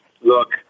look